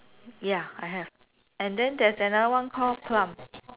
ya I have and then there's another [one] called plum